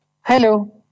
Hello